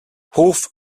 hof